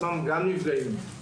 גם נפגעים.